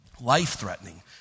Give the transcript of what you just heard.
life-threatening